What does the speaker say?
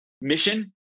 mission